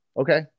Okay